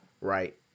Right